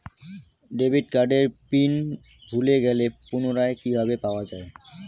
Debit কার্ডের PIN ভুলে গেলে পুনরায় কিভাবে পাওয়া য়ায়?